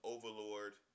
Overlord